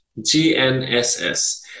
GNSS